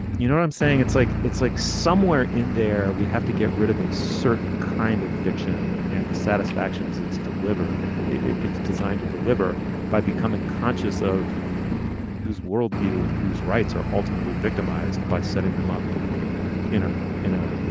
you know, i'm saying it's like it's like somewhere in there we have to get rid of a certain kind of fiction and the satisfactions it's deliver. it's designed to deliver by becoming conscious of whose world view and whose rights are ultimately victimized by setting them up in know ah in a,